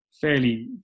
fairly